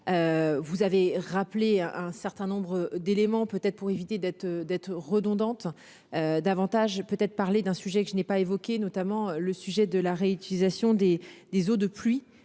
Vous avez rappelé un certain nombre d'éléments, peut-être pour éviter d'être d'être redondantes. Davantage peut-être parler d'un sujet que je n'ai pas évoqué notamment le sujet de la réutilisation des des eaux de pluie.